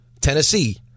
Tennessee